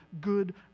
good